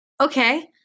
Okay